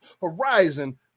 Horizon